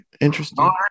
interesting